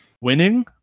winning